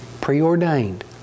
preordained